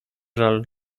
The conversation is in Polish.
żal